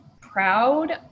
proud